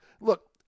Look